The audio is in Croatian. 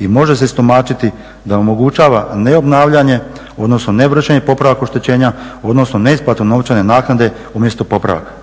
i može se istumačiti da omogućava neobnavljanje, odnosno …/Govornik se ne razumije./… oštećenja, odnosno neisplatu novčane naknade umjesto popravaka.